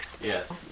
Yes